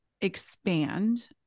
expand